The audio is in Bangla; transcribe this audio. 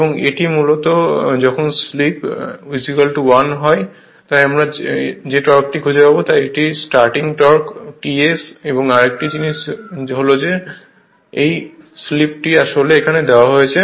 এবং এই মুহুর্তে যখন স্লিপ 1 তাই আমরা যে টর্কই খুঁজে পাব এটি হল স্টার্টিং টর্ক TS এবং আরেকটি জিনিস হল যে এই স্লিপটি আসলে এখানে দেওয়া হয়েছে